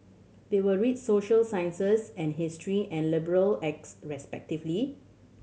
they will read social sciences and history and liberal acts respectively